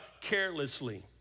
carelessly